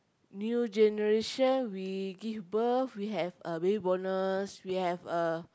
new generation we give birth we have a baby bonus we have uh